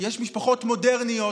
יש משפחות מודרניות,